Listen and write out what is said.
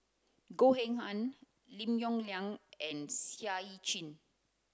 Goh Eng Han Lim Yong Liang and Seah Eu Chin